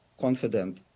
confident